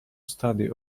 study